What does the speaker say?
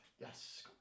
yes